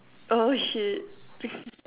oh shit